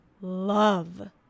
love